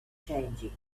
changing